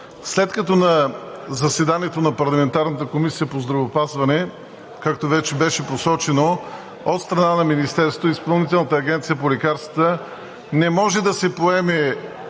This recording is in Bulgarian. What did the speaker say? След като на заседанието на парламентарната Комисия по здравеопазването, както вече беше посочено от страна на Министерството и Изпълнителната агенция по лекарствата, не може да се поеме